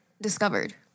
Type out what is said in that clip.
discovered